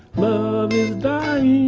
love is dying